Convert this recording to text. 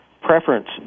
preference